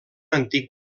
antic